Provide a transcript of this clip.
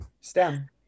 STEM